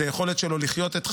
זה היכולת שלו לחיות את חייו,